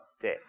death